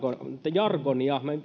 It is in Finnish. jargonia